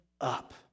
up